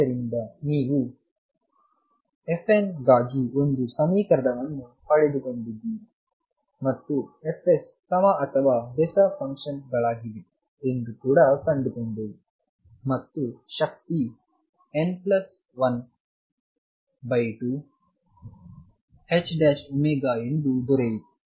ಆದ್ದರಿಂದ ನೀವು fn ಗಾಗಿ ಒಂದು ಸಮೀಕರಣವನ್ನು ಪಡೆದುಕೊಂಡಿದ್ದೀರಿ ಮತ್ತು fs ಸಮ ಅಥವಾ ಬೆಸ ಫಂಕ್ಷನ್ ಗಳಾಗಿವೆ ಎಂದು ಕಂಡುಕೊಂಡೆವು ಮತ್ತು ಶಕ್ತಿ n12ℏω ಎಂದು ದೊರೆಯಿತು